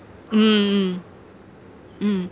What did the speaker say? mm mm mm